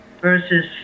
versus